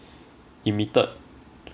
emitted